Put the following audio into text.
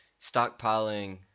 stockpiling